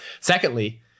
Secondly